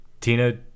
Tina